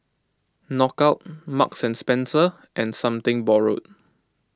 Knockout Marks and Spencer and Something Borrowed